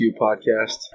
podcast